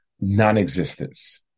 non-existence